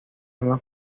mismas